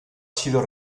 sido